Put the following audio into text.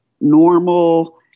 normal